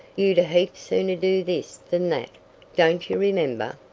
you'd a heap sooner do this than that don't you remember?